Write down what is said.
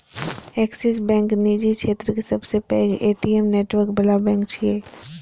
Axis bank निजी क्षेत्रक सबसं पैघ ए.टी.एम नेटवर्क बला बैंक छियै